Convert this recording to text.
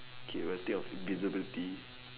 can I think of invisibility